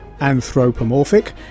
anthropomorphic